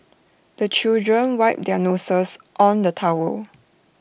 the children wipe their noses on the towel